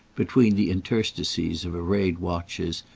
between the interstices of arrayed watches,